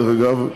דרך אגב,